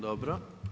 Dobro.